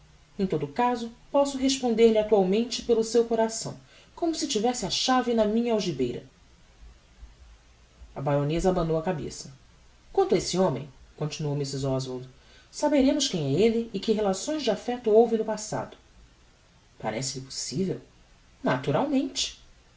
em todo o caso posso responder-lhe actualmente pelo seu coração como se tivesse a chave na minha algibeira a baroneza abanou a cabeça quanto a esse homem continuou mrs oswald saberemos quem é elle e que relações de affecto houve no passado parece-lhe possivel naturalmente